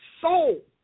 soul